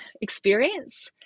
experience